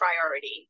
priority